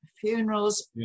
funerals